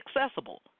accessible